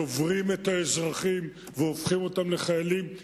שוברים את האזרחים והופכים אותם לחיילים.